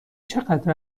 چقدر